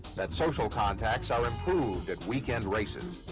that social contacts are improved at weekend races.